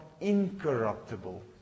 incorruptible